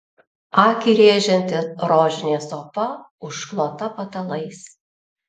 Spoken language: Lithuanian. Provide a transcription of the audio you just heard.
akį rėžianti rožinė sofa užklota patalais